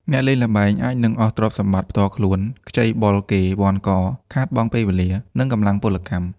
អ្នកលេងល្បែងអាចនឹងអស់ទ្រព្យសម្បត្តិផ្ទាល់ខ្លួន ខ្ចីបុលគេវ័ណ្ឌក ខាតបង់ពេលវេលា និងកម្លាំងពលកម្ម។